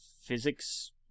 physics